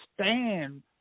stand